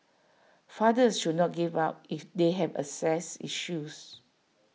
fathers should not give up if they have access issues